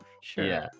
Sure